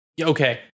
Okay